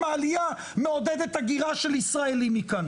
העלייה מעודדת הגירה של ישראלים מכאן,